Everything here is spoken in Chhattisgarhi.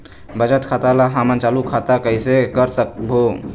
बचत खाता ला हमन चालू खाता कइसे कर सकबो?